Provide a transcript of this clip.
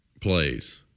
plays